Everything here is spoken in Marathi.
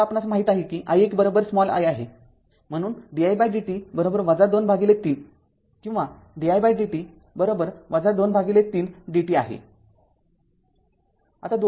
तर आता आपणास माहीत आहे कि i१i आहे म्हणून didt २३ i किंवा didt २३ dt आहे